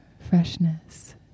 Freshness